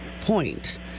point